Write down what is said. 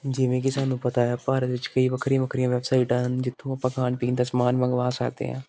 ਜਿਵੇਂ ਕਿ ਸਾਨੂੰ ਪਤਾ ਹੈ ਭਾਰਤ ਵਿੱਚ ਕਈ ਵੱਖਰੀਆਂ ਵੱਖਰੀਆਂ ਵੈਬਸਾਈਟਾਂ ਹਨ ਜਿੱਥੋਂ ਆਪਾਂ ਖਾਣ ਪੀਣ ਦਾ ਸਮਾਨ ਮੰਗਵਾ ਸਕਦੇ ਹਾਂ